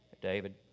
David